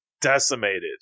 decimated